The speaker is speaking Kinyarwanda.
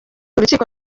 urukiko